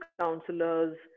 counselors